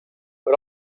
but